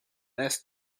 less